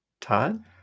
Todd